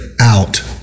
out